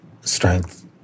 strength